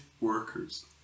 workers